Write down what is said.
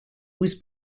was